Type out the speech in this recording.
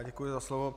Děkuji za slovo.